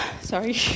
sorry